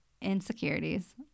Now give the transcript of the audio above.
insecurities